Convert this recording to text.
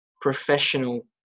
professional